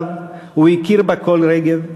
ברגליו והכיר בה כל רגב,